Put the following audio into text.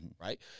right